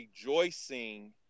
rejoicing